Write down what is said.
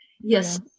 Yes